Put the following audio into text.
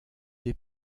des